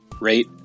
rate